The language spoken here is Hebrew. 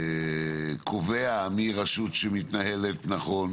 קובע מי רשות שמתנהלת נכון,